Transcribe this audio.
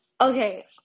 okay